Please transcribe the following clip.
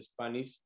Spanish